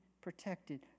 protected